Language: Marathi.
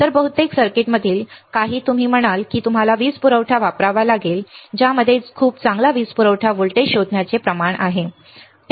तर बहुतेक सर्किटमधील काही तुम्ही म्हणाल की तुम्हाला वीज पुरवठा वापरावा लागेल ज्यामध्ये खूप चांगला वीज पुरवठा व्होल्टेज शोधण्याचे प्रमाण आहे